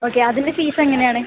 okay അതിൻ്റെ fees എങ്ങനെയാണ്